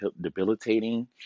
debilitating